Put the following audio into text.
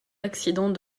accident